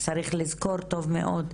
צריך לזכור טוב מאוד,